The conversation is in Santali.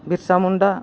ᱵᱤᱨᱥᱟ ᱢᱩᱱᱰᱟ